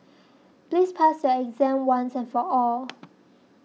please pass your exam once and for all